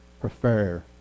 prefer